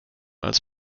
als